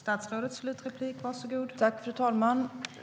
Fru talman!